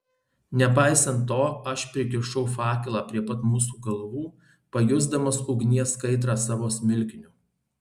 nepaisant to aš prikišau fakelą prie pat mūsų galvų pajusdamas ugnies kaitrą savo smilkiniu